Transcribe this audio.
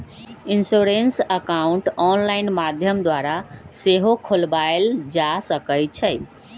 insurance account online माध्यम द्वारा सेहो खोलबायल जा सकइ छइ